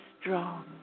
strong